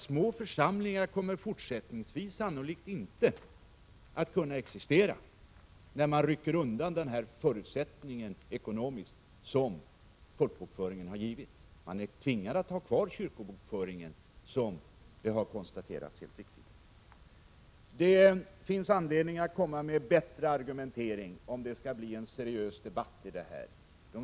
Små församlingar kommer fortsättningsvis sannolikt inte att kunna existera när man rycker undan den förutsättning som folkbokföringen har utgjort ekonomiskt — man är tvingad att ha kvar kyrkobokföringen, som det helt riktigt har konstaterats. Det finns anledning att komma med en bättre argumentering om det skall bli en seriös debatt i det här ärendet.